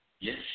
Yes